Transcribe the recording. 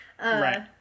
Right